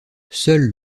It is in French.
seuls